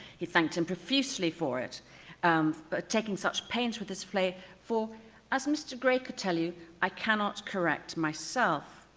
he thanked him profusely for it but taking such pains with this play for as mr. gray could tell you i cannot correct myself.